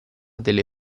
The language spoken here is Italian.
delle